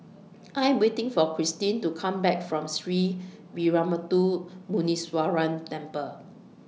I'm waiting For Kirstin to Come Back from Sree Veeramuthu Muneeswaran Temple